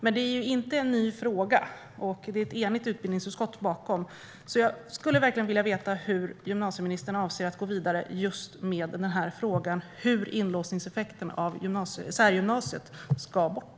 Men det är inte en ny fråga, och det är ett enigt utbildningsutskott som står bakom. Jag vill veta hur gymnasieministern avser att gå vidare med hur inlåsningseffekten av särgymnasiet ska tas bort.